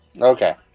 Okay